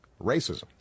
Racism